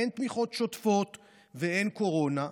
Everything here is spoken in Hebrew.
הן תמיכות שוטפות והן קורונה,